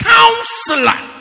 Counselor